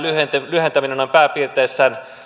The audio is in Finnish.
lyhentäminen noin pääpiirteissään